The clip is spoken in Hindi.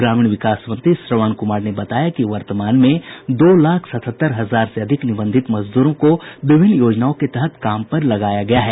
ग्रामीण विकास मंत्री श्रवण कुमार ने बताया कि वर्तमान में दो लाख सतहत्तर हजार से अधिक निबंधित मजदूरों को विभिन्न योजनाओं के तहत काम पर लगाया गया है